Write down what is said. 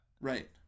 Right